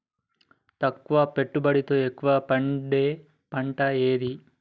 తక్కువ పెట్టుబడితో ఎక్కువగా పండే పంట ఏది?